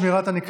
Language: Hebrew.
כן.